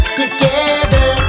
together